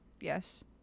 Yes